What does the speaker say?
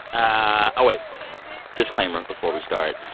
ah oh, wait disclaimer before we start.